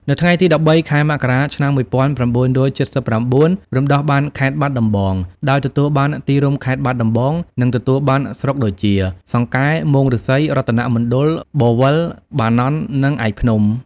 នៅថ្ងៃទី ១៣ ខែមករា ឆ្នាំ ១៩៧៩ រំដោះបានខេត្តបាត់ដំបង ដោយទទួលបានទីរួមខេត្ត បាត់ដំបង និងទទួលបានស្រុកដូចជា សង្កែ មោងឫស្សី រតនៈមណ្ឌល បរវេល បាណន់ និងឯកភ្នំ។